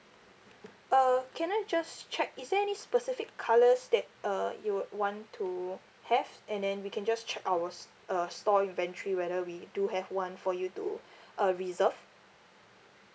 uh can I just check is there any specific colours that uh you would want to have and then we can just check our s~ uh store inventory whether we do have one for you to uh reserve